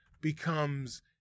becomes